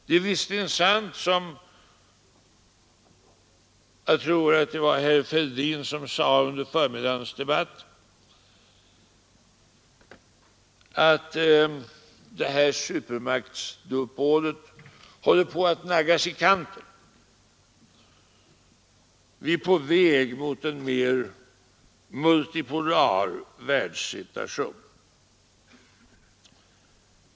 Det är visserligen sant — som herr Fälldin sade under förmiddagens debatt — att det här supermaktsduopolet håller på att naggas i kanten och att vi är på väg mot en mer multipolär situation.